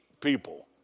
people